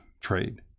trade